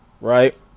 right